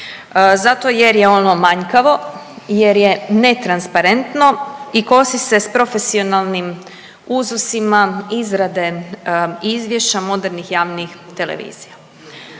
zato jer je ono manjkavo, jer je netransparentno i kosi se s profesionalnim uzusima izrade izvješća modernih javnih televizija.